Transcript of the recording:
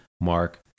Mark